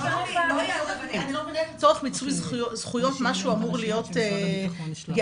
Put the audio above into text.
אני לא מבינה איך לצורך מיצוי זכויות משהו אמור להיות פגיעה בפרטיות,